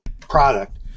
product